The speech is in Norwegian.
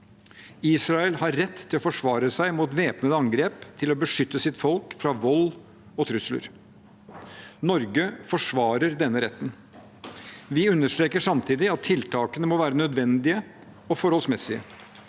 Israel har rett til å forsvare seg mot væpnede angrep, til å beskytte sitt folk fra vold og trusler. Norge forsvarer denne retten. Vi understreker samtidig at tiltakene må være nødvendige og forholdsmessige.